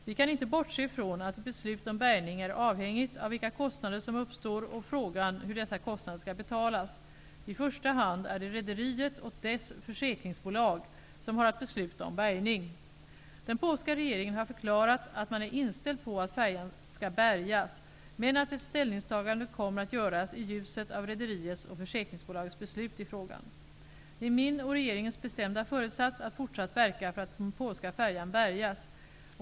Vi kan inte bortse från att ett beslut om bärgning är avhängigt av vilka kostnader som uppstår och frågan hur dessa kostnader skall betalas. I första hand är det rederiet och dess försäkringsbolag som har att besluta om bärgning. Den polska regeringen har förklarat att man är inställd på att färjan skall bärgas men att ett ställningstagande kommer att göras i ljuset av rederiets och försäkringsbolagets beslut i frågan. Det är min och regeringens bestämda föresats att fortsatt verka för att den polska färjan bärgas.